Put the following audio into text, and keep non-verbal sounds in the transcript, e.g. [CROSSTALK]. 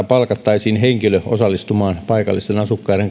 [UNINTELLIGIBLE] palkattaisiin henkilö osallistumaan paikallisten asukkaiden